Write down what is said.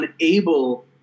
unable